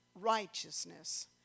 Righteousness